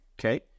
Okay